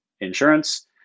insurance